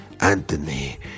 Anthony